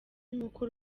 n’uko